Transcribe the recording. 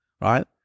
right